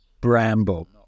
bramble